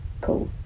Cool